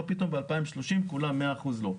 לא פתאום ב-2030 כולם 100% לא.